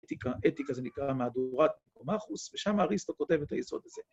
אתיקה, אתיקה זה נקרא מהדורת פרומחוס, ושם אריסטו כותב את היסוד הזה.